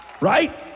right